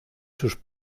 sus